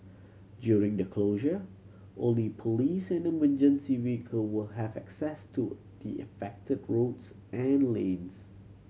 during the closure only police and emergency vehicle will have access to the affected roads and lanes